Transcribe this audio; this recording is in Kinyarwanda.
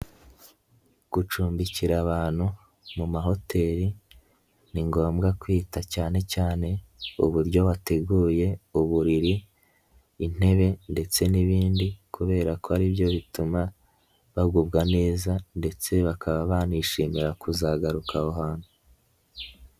Gucumbikira abantu mu mahoteri ni ngombwa kwita cyane cyane uburyo wateguye uburiri, intebe ndetse n'ibindi kubera ko aribyo bituma bagubwa neza ndetse bakaba banishimira kuzagaruka aho hantu.